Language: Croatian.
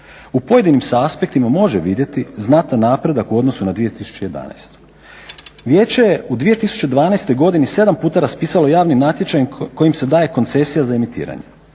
U pojedinim se aspektima može vidjeti znatan napredak u odnosu na 2011. Vijeće je u 2012.godini sedam puta raspisalo javni natječaj kojim se daje koncesija za emitiranje.